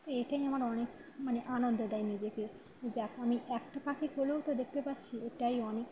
তো এটাই আমার অনেক মানে আনন্দ দেয় নিজেকে যাক আমি একটা পাখি হলেও তো দেখতে পাচ্ছি এটাই অনেক